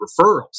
referrals